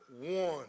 one